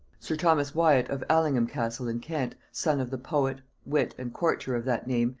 sir thomas wyat of allingham castle in kent, son of the poet, wit, and courtier of that name,